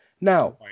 Now